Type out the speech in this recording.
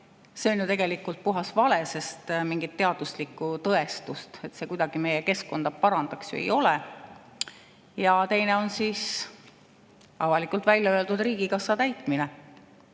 see on tegelikult puhas vale, sest mingit teaduslikku tõestust, et see kuidagi meie keskkonda parandab, ju ei ole. Ja teine on avalikult välja öeldud riigikassa täitmine.